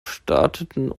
starteten